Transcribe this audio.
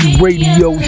radio